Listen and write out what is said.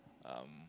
um